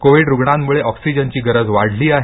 Covid रुग्णांमुळे ऑक्सिजनची गरज वाढली आहे